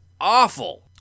awful